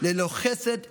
ללא חסד מאחרים.